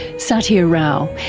sathya rao,